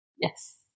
Yes